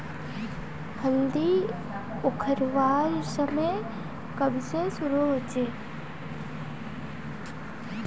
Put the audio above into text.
हल्दी उखरवार समय कब से शुरू होचए?